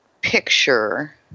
picture